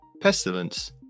Pestilence